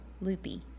loopy